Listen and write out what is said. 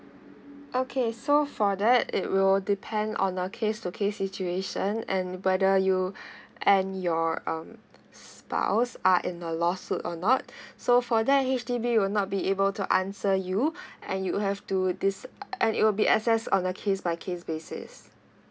okay so for that it will depend on a case to case situation and whether you and your um spouse are in the lawsuit or not so for that H_D_B will not be able to answer you and you have to this uh and it will be access on a case by case basis